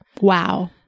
Wow